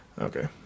Okay